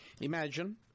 imagine